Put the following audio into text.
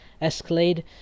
Escalade